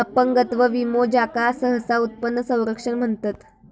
अपंगत्व विमो, ज्याका सहसा उत्पन्न संरक्षण म्हणतत